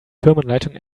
firmenleitung